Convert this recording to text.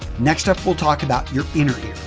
next up, we'll talk about your inner ear.